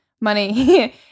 Money